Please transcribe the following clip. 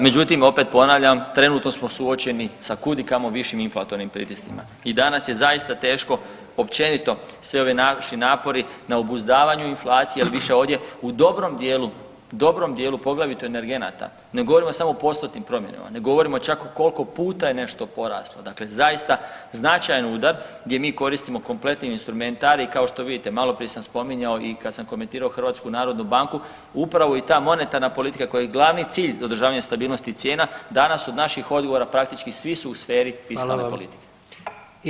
Međutim, opet ponavljam trenutno smo suočeni sa kud i kamo višim inflatornim pritiscima i danas je zaista teško općenito svi ovi naši napori na obuzdavanju inflacije jer više ovdje u dobrom dijelu, dobrom dijelu poglavito energenata, ne govorimo samo o postotnim promjenama, ne govorimo čak koliko puta je nešto poraslo, dakle značajan udar gdje mi koristimo kompletni instrumentarij kao što vidite maloprije sam spominjao i kad sam komentirao HNB upravo i ta monetarna politika kojoj je glavni cilj održavanje stabilnosti cijena danas od naših odgovora praktički svi su u sferi [[Upadica: Hvala vam.]] fiskalne politike.